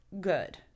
good